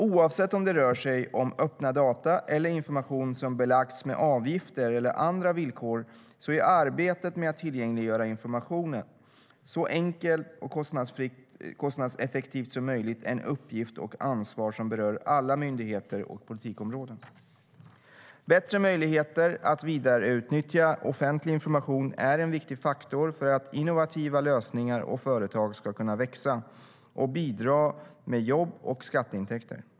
Oavsett om det rör sig om öppna data eller information som belagts med avgifter eller andra villkor är arbetet med att tillgängliggöra information så enkelt och kostnadseffektivt som möjligt en uppgift och ett ansvar som berör alla myndigheter och politikområden. Bättre möjligheter att vidareutnyttja offentlig information är en viktig faktor för att innovativa lösningar och företag ska kunna växa och bidra med jobb och skatteintäkter.